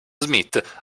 smith